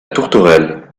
tourterelle